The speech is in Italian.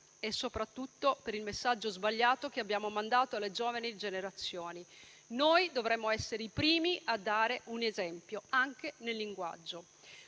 soprattutto per il messaggio sbagliato che abbiamo mandato alle giovani generazioni. Noi dovremmo essere i primi a dare un esempio, anche nel linguaggio.